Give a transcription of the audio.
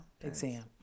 exam